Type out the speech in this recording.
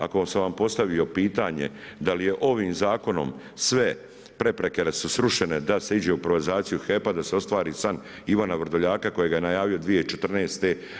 Ako sam vam postavio pitanje da li je ovim zakonom sve prepreke da su srušene, da se iđe u privatizaciju HEP-a, da se ostvari san Ivana Vrdoljaka kojega je najavio 2014.